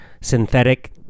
synthetic